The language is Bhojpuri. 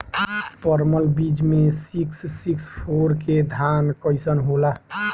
परमल बीज मे सिक्स सिक्स फोर के धान कईसन होला?